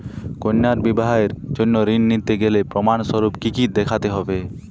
কন্যার বিবাহের জন্য ঋণ নিতে গেলে প্রমাণ স্বরূপ কী কী দেখাতে হবে?